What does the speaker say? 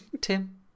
Tim